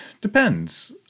Depends